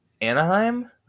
Anaheim